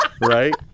right